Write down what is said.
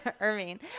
Irving